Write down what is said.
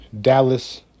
Dallas